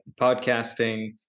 podcasting